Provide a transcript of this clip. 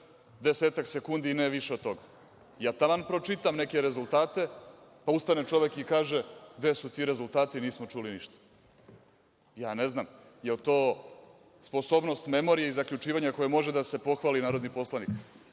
desetak sekundi i ne više od toga. Ja taman pročitam neke rezultat, a onda ustane čovek i kaže – gde su ti rezultati, nismo čuli ništa. Ja ne znam je li to sposobno memorije i zaključivanja kojom može da se pohvali narodni poslanik.